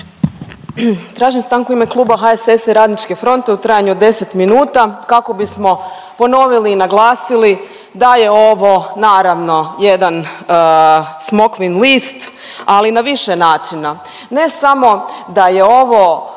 Tražim stanku u ime Kluba HSS-a i RF-a u trajanju od 10 minuta kako bismo ponovili i naglasili da je ovo naravno jedan smokvin list, ali na više načina. Ne samo da je ovo